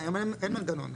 היום אין מה לדבר.